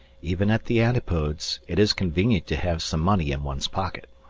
even at the antipodes, it is convenient to have some money in one's pocket